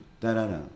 Da-da-da